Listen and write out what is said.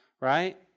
right